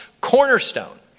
cornerstone